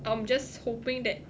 I'm just hoping that